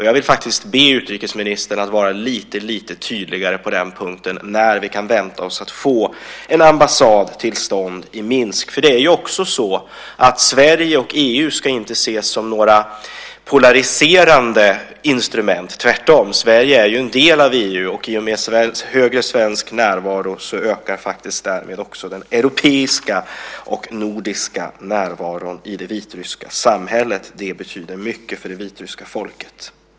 Jag vill faktiskt be utrikesministern att vara lite tydligare på den punkten, alltså när vi kan vänta oss att få en ambassad till stånd i Minsk. Det är ju också så att Sverige och EU inte ska ses som några polariserande enheter - tvärtom. Sverige är ju en del av EU, och i och med högre svensk närvaro ökar faktiskt också den europeiska och nordiska närvaron i det vitryska samhället. Det betyder mycket för det vitryska folket.